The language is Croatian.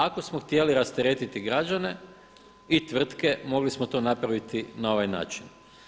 Ako smo htjeli rasteretiti građane i tvrtke mogli smo to napraviti na ovaj način.